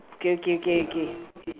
okay okay okay okay